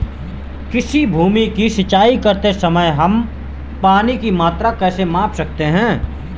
किसी भूमि की सिंचाई करते समय हम पानी की मात्रा कैसे माप सकते हैं?